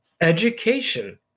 Education